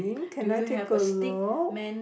do you have a stickman